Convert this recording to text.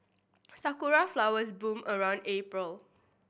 sakura flowers bloom around April